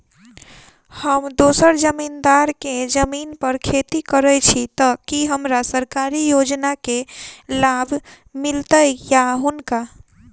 हम दोसर जमींदार केँ जमीन पर खेती करै छी तऽ की हमरा सरकारी योजना केँ लाभ मीलतय या हुनका?